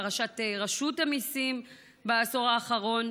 פרשת רשות המיסים בעשור האחרון,